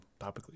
topically